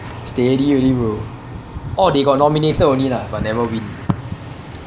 steady already bro oh they got nominate only lah but never win is it